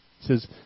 says